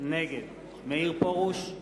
נגד מאיר פרוש,